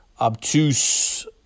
obtuse